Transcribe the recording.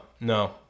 no